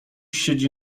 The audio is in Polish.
siedzi